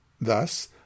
Thus